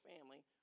family